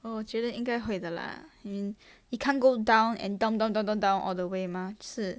uh 我觉得应该会的 lah I mean it can't go down and down down down down down all the way mah 就是